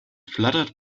fluttered